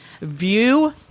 View